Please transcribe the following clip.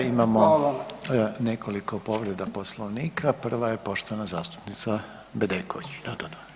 Imamo nekoliko povreda Poslovnika, prva je poštovana zastupnica Bedeković.